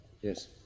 Yes